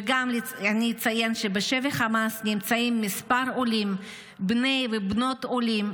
אציין שבשבי חמאס נמצאים כמה עולים ובני ובנות עולים,